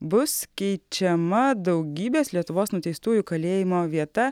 bus keičiama daugybės lietuvos nuteistųjų kalėjimo vieta